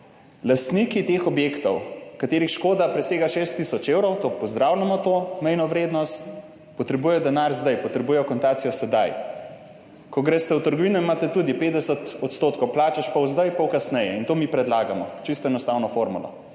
Lastniki teh objektov, katerih škoda presega 6 tisoč evrov, to pozdravljamo, to mejno vrednost, potrebujejo denar zdaj, potrebujejo akontacijo sedaj. Ko greste v trgovino, imate tudi 50 % plačaš, pol zdaj, pol kasneje in to mi predlagamo čisto enostavno formulo.